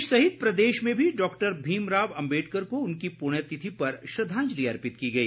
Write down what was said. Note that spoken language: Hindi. देश सहित प्रदेश में भी डॉक्टर भीमराव अम्बेडकर को उनकी पुण्य तिथि पर श्रद्धांजलि अर्पित की गई